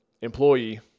employee